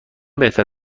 بهتر